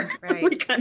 right